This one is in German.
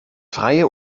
freie